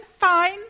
fine